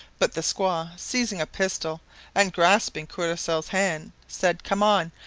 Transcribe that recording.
but the squaw, seizing a pistol and grasping courcelle's hand, said, come on,